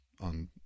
on